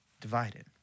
divided